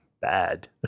bad